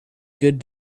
good